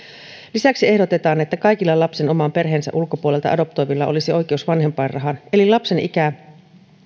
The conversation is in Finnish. lisäksi ehdotetaan että kaikilla lapsen oman perheensä ulkopuolelta adoptoivilla olisi oikeus vanhempainrahaan eli lapsen ikää